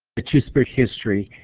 the two-spirit history,